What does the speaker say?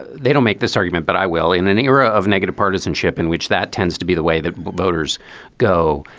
they don't make this argument. but i will in an era of negative partisanship in which that tends to be the way that voters go,